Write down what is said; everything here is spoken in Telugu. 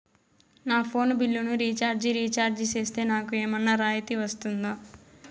నా ఫోను బిల్లును రీచార్జి రీఛార్జి సేస్తే, నాకు ఏమన్నా రాయితీ వస్తుందా?